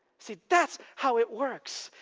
see, that's how it works.